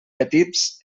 petits